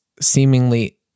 seemingly